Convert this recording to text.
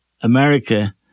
America